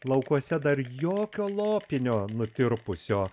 laukuose dar jokio lopinio nutirpusio